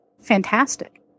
fantastic